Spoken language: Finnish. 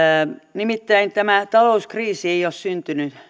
nimittäin tämä talouskriisi ei ole syntynyt